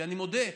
ואני מודה,